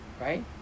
right